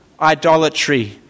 idolatry